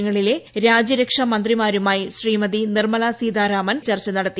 ങ്ങ ളിലെ രാജ്യരക്ഷാ മന്ത്രിമാരുമായും ശ്രീമതി നിർമ്മലാ സീതരാമൻ ഉഭ യകക്ഷി ചർച്ച നടത്തി